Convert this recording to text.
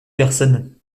personnes